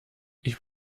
ich